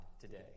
today